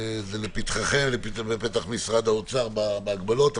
זה לפתחכם ולפתח משרד האוצר בהגבלות.